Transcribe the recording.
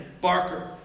Barker